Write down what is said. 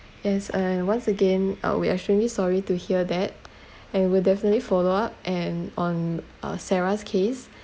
yes and once again uh we're extremely sorry to hear that and we'll definitely follow up and on uh sarah's case